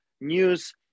News